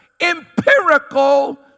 empirical